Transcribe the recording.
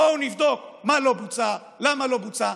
בואו נבדוק מה לא בוצע, למה לא בוצע.